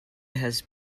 has